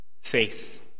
Faith